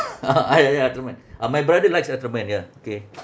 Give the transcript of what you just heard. ah ya ya ultraman ah my brother likes ultraman ya K